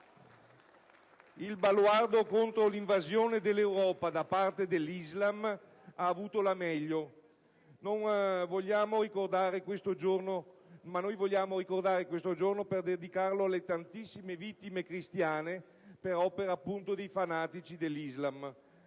Il baluardo contro l'invasione dell'Europa da parte dell'Islam ha avuto la meglio. Noi vogliamo ricordare questo giorno per dedicarlo alle tantissime vittime cristiane per opera di fanatici dell'Islam.